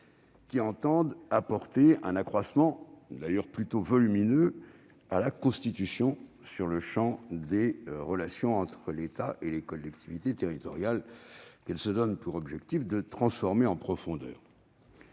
qui entendent apporter un accroissement, d'ailleurs plutôt volumineux, à la Constitution sur le champ des relations entre l'État et les collectivités territoriales, relations que ces groupes se donnent pour objectif de transformer en profondeur.